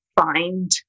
find